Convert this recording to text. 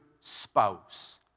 spouse